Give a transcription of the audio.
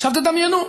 עכשיו תדמיינו: